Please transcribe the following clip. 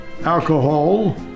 alcohol